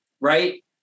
right